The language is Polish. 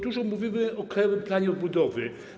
Dużo mówimy o Krajowym Planie Odbudowy.